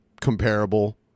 comparable